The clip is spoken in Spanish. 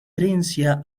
herencia